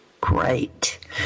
great